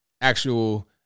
actual